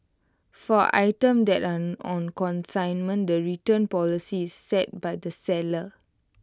for items that aren't on consignment the return policy set by the seller